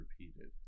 repeated